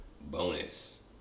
bonus